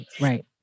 right